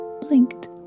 blinked